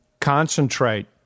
concentrate